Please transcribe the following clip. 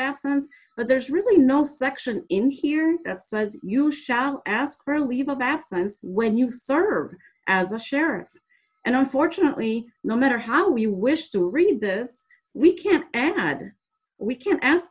absence but there's really no section in here that says you shall ask for a leave of absence when you serve as a sheriff and unfortunately no matter how you wish to read this we can add we can ask